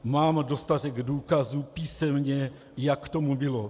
Mám dostatek důkazů písemně, jak tomu bylo.